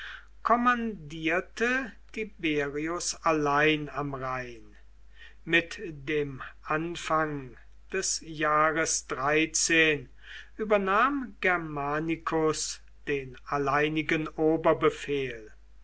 kommandierte tiberius allein am rhein mit dem anfang des jahres übernahm germanicus den alleinigen